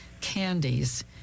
candies